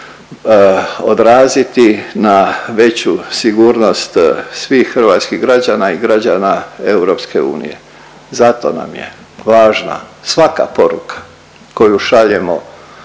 odraziti na veću sigurnost svih hrvatskih građana i građana EU. Zato nam je važna svaka poruka koju šaljemo